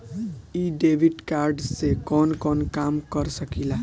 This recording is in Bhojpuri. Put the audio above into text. इ डेबिट कार्ड से कवन कवन काम कर सकिला?